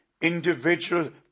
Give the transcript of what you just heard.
individual